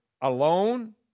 alone